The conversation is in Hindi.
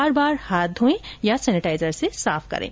बार बार हाथ धोयें या सेनेटाइजर से साफ करें